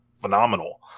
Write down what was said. phenomenal